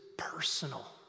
personal